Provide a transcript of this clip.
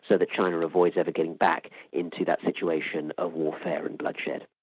sort of china avoids ever getting back into that situation of warfare and bloodshed.